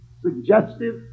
Suggestive